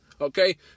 Okay